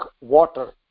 water